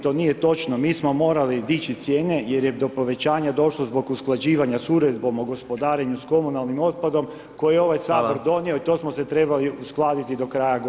To nije točno, mi smo morali dići cijene jer je do povećanja došlo zbog usklađivanja s Uredbom o gospodarenju s komunalnim otpadom koji [[Upadica: Hvala.]] Sabor donio i to smo se trebali uskladiti do kraja godine.